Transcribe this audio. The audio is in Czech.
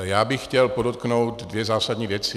Já bych chtěl podotknout dvě zásadní věci.